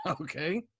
Okay